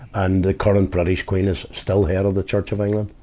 and the current british queen is still head of the church of england.